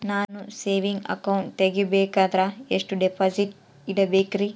ನಾನು saving account ತೆಗಿಬೇಕಂದರ ಎಷ್ಟು ಡಿಪಾಸಿಟ್ ಇಡಬೇಕ್ರಿ?